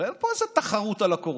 הרי אין פה איזו תחרות על הקורונה.